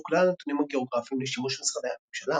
כלל הנתונים הגאוגרפיים לשימוש משרדי הממשלה.